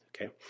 okay